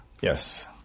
Yes